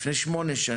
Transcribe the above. לפני 7 שנים,